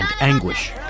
anguish